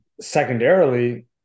secondarily